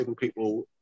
people